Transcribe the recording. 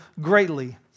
greatly